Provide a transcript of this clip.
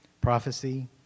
prophecy